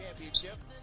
Championship